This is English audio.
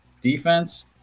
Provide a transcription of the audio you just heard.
defense